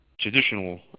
traditional